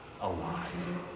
alive